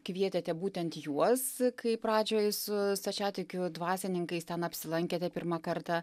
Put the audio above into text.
kvietėte būtent juos kai pradžioj su stačiatikių dvasininkais ten apsilankėte pirmą kartą